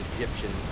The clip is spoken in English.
Egyptian